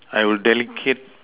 I will delicate